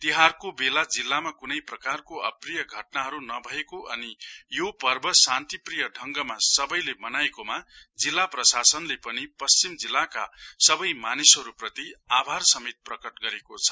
तिहारको बेला जिल्लामा कुनै प्रकारको अप्रिय घटनाहरु नभएको अनि यो पर्व शान्ति प्रिय ढंगमा सबैले मनाएकोमा जिल्ला प्रशासनले पनि पश्चिम जिल्लाका सबै मानिसहरु प्रति आभार प्रकट गरेको छ